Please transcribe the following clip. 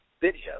video